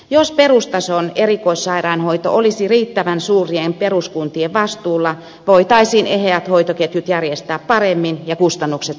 jos perustason erikoissairaanhoito olisi riittävän suurien peruskuntien vastuulla voitaisiin eheät hoitoketjut järjestää paremmin ja kustannukset saataisiin kuriin